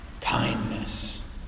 Kindness